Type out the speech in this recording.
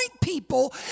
people